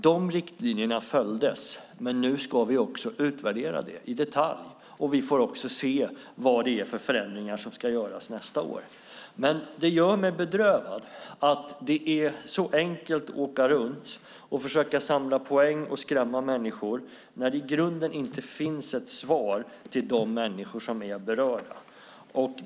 Dessa riktlinjer följdes, och nu ska vi utvärdera det hela i detalj. Då får vi se vilka förändringar som ska göras nästa år. Det gör mig bedrövad att det är så enkelt att åka runt och försöka samla poäng och skrämma människor när det i grunden inte finns något svar till dem som är berörda.